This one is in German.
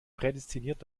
prädestiniert